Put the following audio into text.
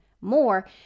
more